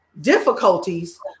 difficulties